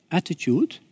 attitude